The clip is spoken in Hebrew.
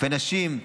רופא נשים,